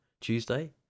Tuesday